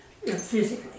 physically